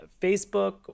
Facebook